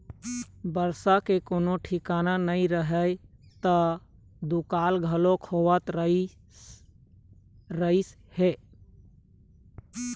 बरसा के कोनो ठिकाना नइ रहय त दुकाल घलोक होवत रहिस हे